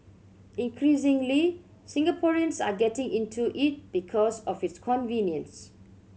increasingly Singaporeans are getting into it because of its convenience